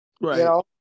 right